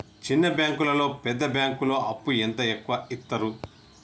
చిన్న బ్యాంకులలో పెద్ద బ్యాంకులో అప్పు ఎంత ఎక్కువ యిత్తరు?